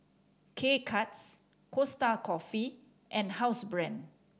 K Cuts Costa Coffee and Housebrand